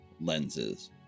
lenses